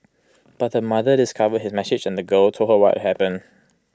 but her mother discovered his message and the girl told her what had happened